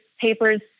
papers